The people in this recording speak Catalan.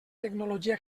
tecnologia